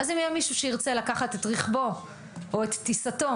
אז אם יהיה מישהו שירצה לקחת את רכבו או את טיסתו